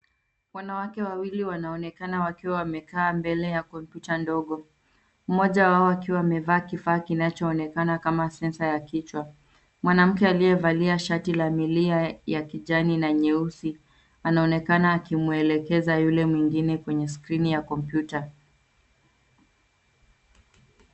Wanawake wawili wanaonekana wakiwa wamekaa mbele ya kompyuta ndogo mmoja wao akiwa amevaa kifaa kinachoonekana kama senza ya kichwa mwanamke aliyevalia shati la milia ya kijani na nyeusi anaonekana akimwelekeza yule mwingine kwenye skrini ya kompyuta.